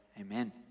Amen